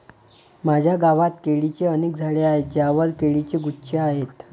माझ्या गावात केळीची अनेक झाडे आहेत ज्यांवर केळीचे गुच्छ आहेत